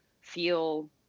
feel